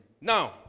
Now